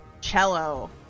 cello